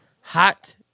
Hot